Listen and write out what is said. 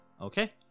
Okay